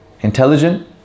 intelligent